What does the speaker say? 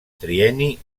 trienni